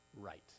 right